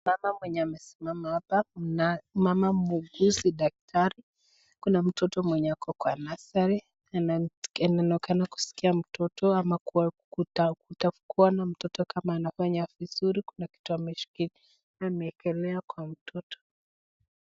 Kuna mama mwenye amesimama hapa mama muuguzi daktari Kuna mtoto mwenye ako kwa nursery . Anaonekana kumsikia mtoto ama kutokuwa mtoto kama anafanya vizuri kuna kitu ameshikilia amekelea kwa mtoto.